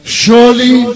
surely